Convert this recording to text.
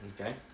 Okay